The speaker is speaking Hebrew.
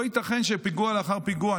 לא ייתכן שפיגוע לאחר פיגוע,